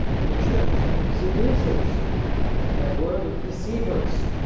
in the church seducers that word is deceivers